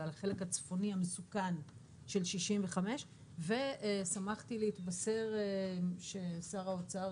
אבל על החלק הצפוני המסוכן של 65. ושמחתי להתבשר ששר האוצר